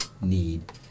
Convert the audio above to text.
need